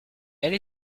elle